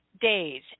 Days